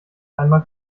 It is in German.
einmal